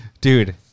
Dude